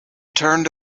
turned